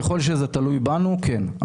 ככל שזה תלוי בנוי, כן.